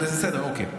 בסדר, אוקיי.